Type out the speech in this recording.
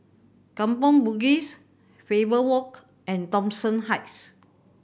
Kampong Bugis Faber Walk and Thomson Heights